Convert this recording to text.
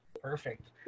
Perfect